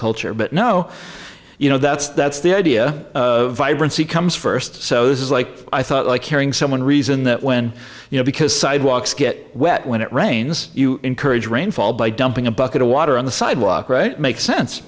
culture but no you know that's that's the idea of vibrancy comes first so this is like i thought like hearing someone reason that when you know because sidewalks get wet when it rains you encourage rainfall by dumping a bucket of water on the sidewalk or it makes sense